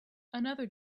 another